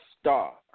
star